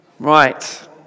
Right